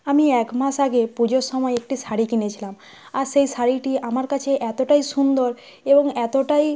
আমি এক মাস আগে পুজোর সময় একটি শাড়ি কিনেছিলাম আর সেই শাড়িটি আমার কাছে এতোটাই সুন্দর এবং এতোটাই